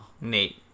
Nate